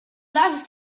loves